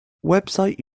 website